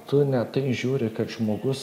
tu ne tai žiūri kad žmogus